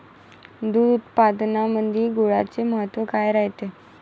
दूध उत्पादनामंदी गुळाचे महत्व काय रायते?